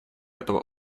этого